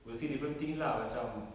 will say different things lah macam